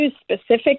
specific